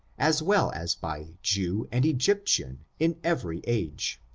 as well as by jew and egyptian, in every age.